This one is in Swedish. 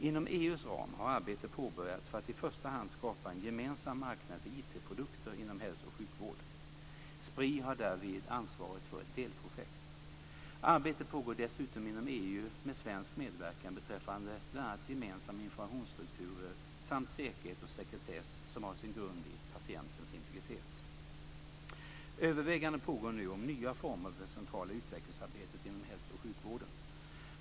Inom EU:s ram har arbete påbörjats för att i första hand skapa en gemensam marknad för IT-produkter inom hälso och sjukvård. Spri har därvid ansvarat för ett delprojekt. Arbete pågår dessutom inom EU med svensk medverkan beträffande bl.a. gemensamma informationsstrukturer samt säkerhet och sekretess som har sin grund i patientens integritet. Överväganden pågår nu om nya former för det centrala utvecklingsarbetet inom hälso och sjukvården.